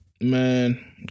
man